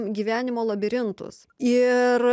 gyvenimo labirintus ir